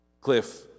Cliff